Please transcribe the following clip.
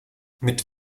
mit